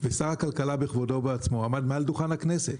ושר הכלכלה בכבודו ובעצמו עמד מעל דוכן הכנסת,